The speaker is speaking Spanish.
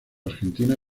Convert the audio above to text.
argentina